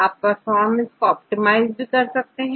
आप परफॉर्मेंस को ऑप्टिमाइज भी कर सकते हैं